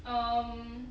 um